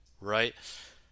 right